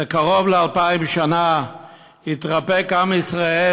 זה קרוב ל-2,000 שנה התרפק עם ישראל